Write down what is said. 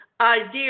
idea